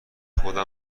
خودم